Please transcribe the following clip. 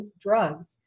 drugs